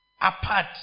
apart